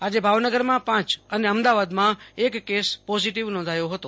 આજે ભાવનગરમાં પાંચ અને અમદાવાદમાં એક પોઝિટીવ નોંધાયો હતો